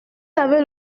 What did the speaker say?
avez